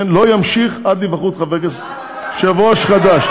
לא ימשיך עד להיבחרות חבר כנסת, יושב-ראש חדש.